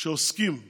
שעוסקים בעלייה,